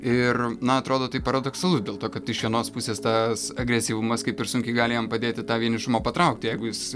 ir na atrodo tai paradoksalu dėl to kad iš vienos pusės tas agresyvumas kaip ir sunkiai gali jam padėti tą vienišumą patraukti jeigu jis